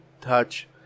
touch